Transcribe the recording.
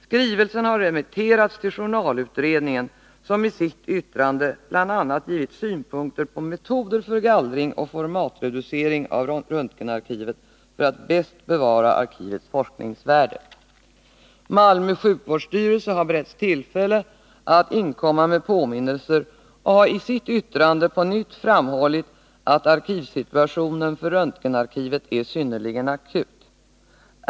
Skrivelsen har remitterats till journalutredningen som i sitt yttrande bl.a. givit synpunkter på metoder för gallring och formatreducering av röntgenarkivet för att bäst bevara arkivets forskningsvärde. Malmö sjukvårdsstyrelse har beretts tillfälle att inkomma med påminnelser och har i sitt yttrande på nytt framhållit att arkivsituationen för röntgenarkivet är synnerligen akut.